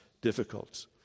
difficult